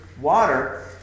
water